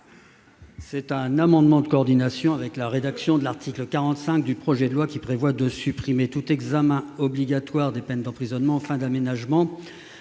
d'un amendement de coordination avec la rédaction de l'article 45 du projet de loi, qui prévoit de supprimer tout examen obligatoire des peines d'emprisonnement aux fins d'aménagement